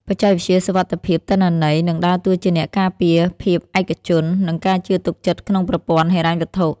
បច្ចេកវិទ្យាសុវត្ថិភាពទិន្នន័យនឹងដើរតួជាអ្នកការពារភាពឯកជន និងការជឿទុកចិត្តក្នុងប្រព័ន្ធហិរញ្ញវត្ថុ។